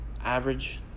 Average